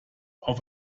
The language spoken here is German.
auf